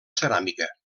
ceràmica